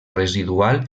residual